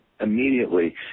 immediately